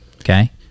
okay